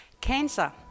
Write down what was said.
Cancer